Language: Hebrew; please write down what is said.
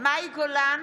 מאי גולן,